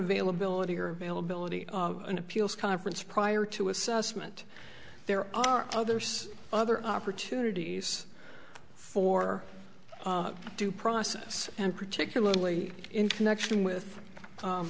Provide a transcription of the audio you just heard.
availability or saleability an appeals conference prior to assessment there are others other opportunities for due process and particularly in connection with